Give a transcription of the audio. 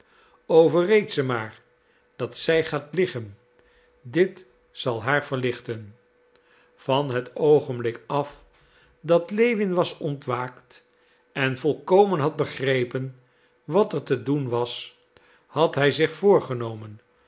overreed ze maar dat zij gaat liggen dit zal haar verlichten van het oogenblik af dat lewin was ontwaakt en volkomen had begrepen wat er te doen was had hij zich voorgenomen